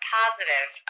positive